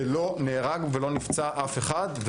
שלא נהרג ולא נפצע אף אחד,